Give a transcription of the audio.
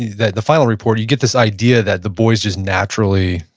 the the final report, you get this idea that the boys just naturally,